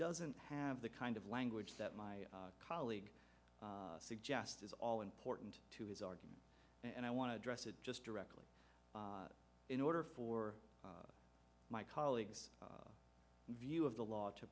doesn't have the kind of language that my colleague suggest is all important to his argument and i want to address it just directly in order for my colleagues view of the law to